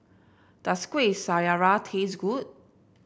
does Kuih Syara taste good